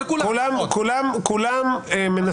כולם מנסים.